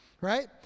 Right